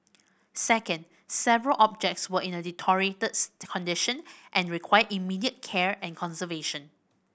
second several objects were in a deteriorated condition and required immediate care and conservation